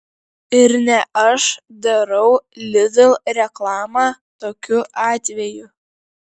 ir ne aš darau lidl reklamą tokiu atveju